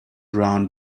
round